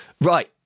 Right